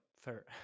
Fair